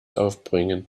aufbringen